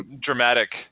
dramatic